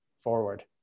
forward